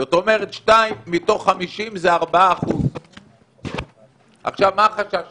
זאת אומרת, 2 מתוך 50 זה 4%. מה החשש שלנו?